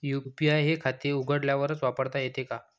UPI हे खाते उघडल्यावरच वापरता येते का?